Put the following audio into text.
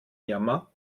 jammer